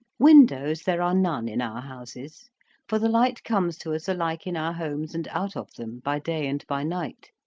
windows there are none in our houses for the light comes to us alike in our homes and out of them, by day and by night,